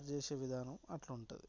అది తయారు చేసే విధానం అట్లుంటది